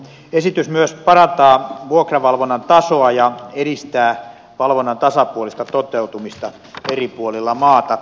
esitys myös parantaa vuokravalvonnan tasoa ja edistää valvonnan tasapuolista toteutumista eri puolilla maata